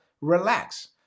relax